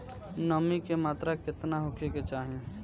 नमी के मात्रा केतना होखे के चाही?